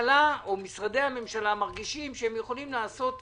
משרדי הממשלה מרגישים שהם יכולים לעשות כרצונם.